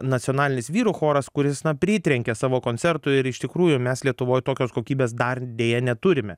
nacionalinis vyrų choras kuris na pritrenkė savo koncertu ir iš tikrųjų mes lietuvoj tokios kokybės dar deja neturime